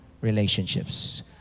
relationships